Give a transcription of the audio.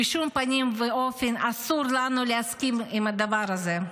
בשום פנים ואופן אסור לנו להסכים עם הדבר הזה.